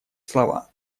слова